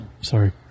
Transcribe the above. Sorry